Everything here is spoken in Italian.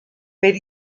per